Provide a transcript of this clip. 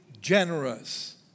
generous